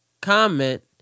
comment